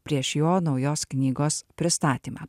prieš jo naujos knygos pristatymą